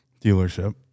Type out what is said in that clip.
dealership